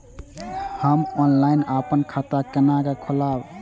हम ऑनलाइन अपन खाता केना खोलाब?